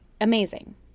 Amazing